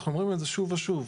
אנחנו אומרים את זה שוב ושוב,